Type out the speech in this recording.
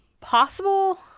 possible